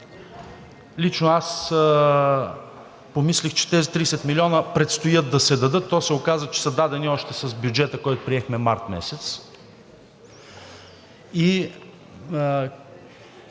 Лично аз помислих, че тези 30 милиона предстои да се дадат, а то се оказа, че са дадени още с бюджета, който приехме март месец. И